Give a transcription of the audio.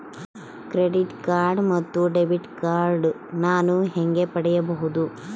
Credit card ಮತ್ತು debit card ನಾನು ಹೇಗೆ ಪಡೆಯಬಹುದು?